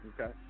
Okay